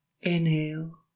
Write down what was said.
Inhale